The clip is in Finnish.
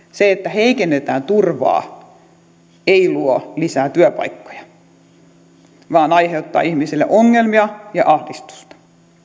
se että heikennetään turvaa ei luo lisää työpaikkoja vaan aiheuttaa ihmisille ongelmia ja ahdistusta